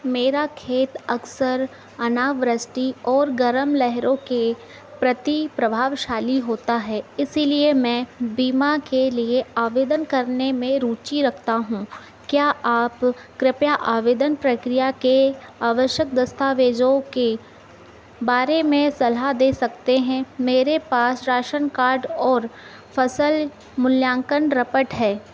मेरा खेत अक्सर अनावृष्टि और गर्म लहरों के प्रति प्रभावशाली होता है इसीलिए मैं बीमा के लिए आवेदन करने में रुचि रखता हूँ क्या आप कृपया आवेदन प्रक्रिया के आवश्यक दस्तावेज़ों के बारे में सलाह दे सकते हैं मेरे पास राशन कार्ड और फसल मूल्यांकन रपट है